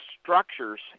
structures